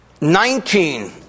Nineteen